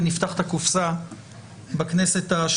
ואני מציע שנפתח את הקופסה בכנסת ה-31.